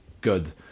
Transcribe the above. good